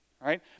right